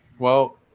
well,